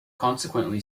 consequently